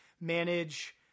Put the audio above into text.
manage